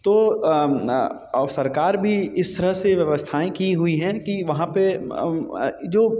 तो और सरकार भी इस तरह से व्यवस्थाएँ की हुई हैं कि वहाँ पे जो